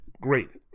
great